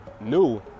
new